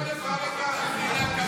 שיקרת לנו בוועדה ואתה משקר גם עכשיו.